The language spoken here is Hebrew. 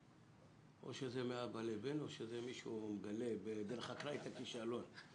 או שזה מאבא לבן או שמישהו מגלה דרך הרגליים את הכישרון,